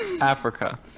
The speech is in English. Africa